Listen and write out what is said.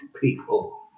people